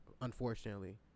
unfortunately